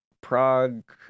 prague